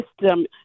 system